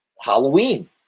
Halloween